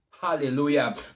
Hallelujah